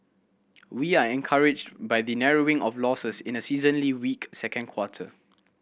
we are encouraged by the narrowing of losses in a seasonally weak second quarter